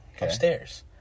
upstairs